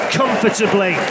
comfortably